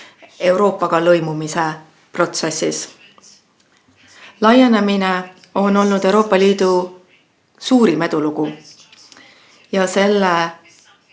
Euroopaga lõimumise protsessis. Laienemine on olnud Euroopa Liidu suurim edulugu.